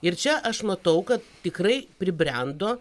ir čia aš matau kad tikrai pribrendo